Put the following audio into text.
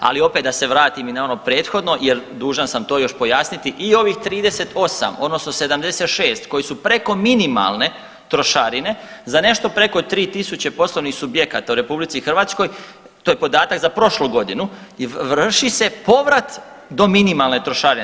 Ali opet da se vratim i na ono prethodno jer dužan sam to još pojasniti, i ovih 38 odnosno 76 koji su preko minimalne trošarine za nešto preko 3.000 poslovnih subjekata u RH to je podatak za prošlu godinu, vrši se povrat do minimalne trošarine.